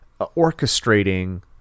orchestrating